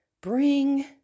bring